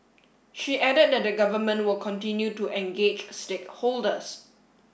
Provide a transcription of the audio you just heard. she added that the government will continue to engage stakeholders